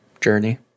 journey